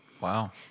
Wow